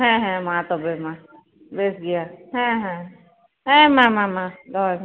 ᱦᱮᱸ ᱦᱮᱸ ᱢᱟ ᱛᱚᱵᱮ ᱢᱟ ᱵᱮᱥ ᱜᱮᱭᱟ ᱦᱮᱸ ᱦᱮᱸ ᱦᱮᱸ ᱢᱟ ᱢᱟ ᱫᱚᱦᱚᱭ ᱢᱮ